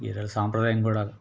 ఇది అసలు సాంప్రదాయం కూడా